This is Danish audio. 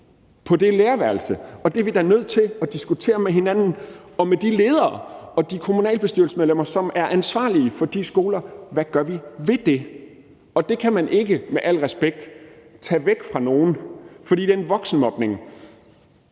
på lærerværelset, og der er vi da nødt til at diskutere med hinanden og med de ledere og med de kommunalbestyrelsesmedlemmer, som er ansvarlige for de skoler: Hvad gør vi ved det? Det kan man ikke med al respekt tage væk fra nogen, for den voksenmobning